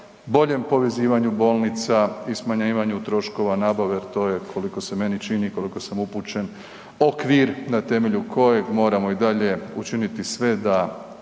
boljem povezivanju bolnica i smanjivanju troškova nabave jer to je koliko se meni čini, koliko sam upućen, okvir na temelju kojeg moramo i dalje učiniti sve da